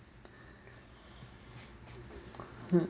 hmm